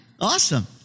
Awesome